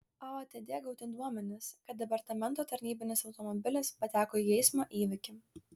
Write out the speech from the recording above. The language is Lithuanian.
aotd gauti duomenys kad departamento tarnybinis automobilis pateko į eismo įvykį